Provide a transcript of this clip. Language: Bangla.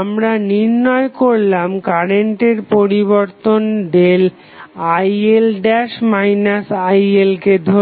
আমরা নির্ণয় করলাম কারেন্টের পরিবর্তন IL IL কে ধরে